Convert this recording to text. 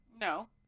no